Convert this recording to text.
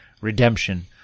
redemption